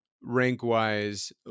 rank-wise